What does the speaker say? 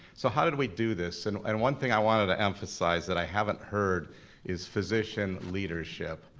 so how did we do this? and and one thing i wanted to emphasize that i haven't heard is physician leadership.